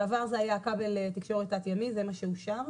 בעבר זה היה כבל תקשורת תת ימי, זה מה שאושר.